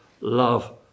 love